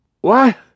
What